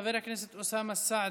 חבר הכנסת אוסאמה סעדי,